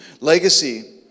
Legacy